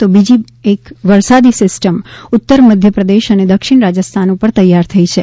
તો બીજી એક વરસાદી સિસ્ટમ ઉતર મધ્ય પ્રદેશ અને દક્ષિણ રાજસ્થાન ઉપર તૈયાર થઇ છે